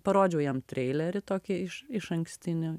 parodžiau jam treilerį tokį iš išankstinį